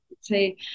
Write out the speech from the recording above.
say